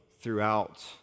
throughout